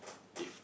if